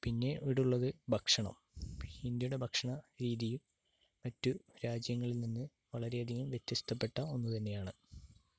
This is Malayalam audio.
പിന്നെ ഇവിടുള്ളത് ഭക്ഷണം ഇന്ത്യയുടെ ഭക്ഷണ രീതി മറ്റ് രാജ്യങ്ങളിൽ നിന്ന് വളരെയധികം വ്യത്യസ്തപ്പെട്ട ഒന്ന് തന്നെയാണ്